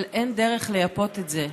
אבל אין דרך לייפות את זה,